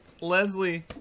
Leslie